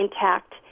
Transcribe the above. intact